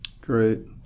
Great